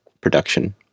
production